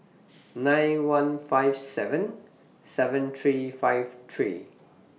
nine one five seven seven three five three